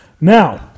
Now